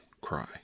cry